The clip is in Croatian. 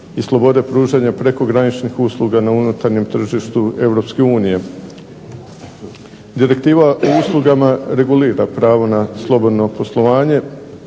i slobode pružanja prekograničnih usluga na unutarnjem tržištu Europske unije. Direktiva o uslugama regulira pravo na slobodno poslovno